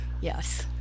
yes